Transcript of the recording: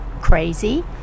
crazy